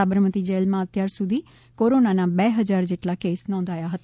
સાબરમતી જેલમાં અત્યારસુધી કોરોનાના બે હજાર જેટલા કેસો નોંધાયા હતા